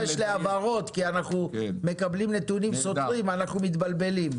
נידרש להבהרות כי אנחנו מקבלים נתונים סותרים ואנחנו מתבלבלים.